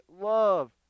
love